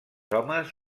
homes